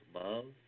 love